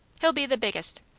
he'll be the biggest.